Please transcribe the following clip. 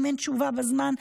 אם אין תשובה בזמן,